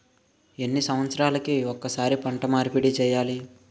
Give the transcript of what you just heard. ఎన్ని సంవత్సరాలకి ఒక్కసారి పంట మార్పిడి చేయాలి?